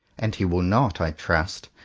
and he will not, i trust,